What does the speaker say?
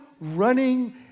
running